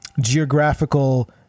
geographical